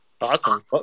Awesome